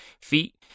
feet